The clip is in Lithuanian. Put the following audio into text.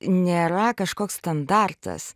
nėra kažkoks standartas